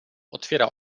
otwiera